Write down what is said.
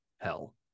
hell